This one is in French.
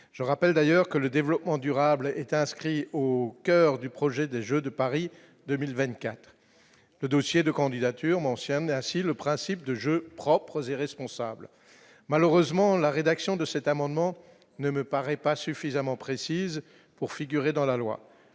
je rappelle d'ailleurs que le développement durable est inscrit au coeur du projet des jeux de Paris 2024 le dossier de candidature mentionne ainsi le principe de jeux propres irresponsable, malheureusement, la rédaction de cet amendement ne me paraît pas suffisamment précises pour figurer dans la loi,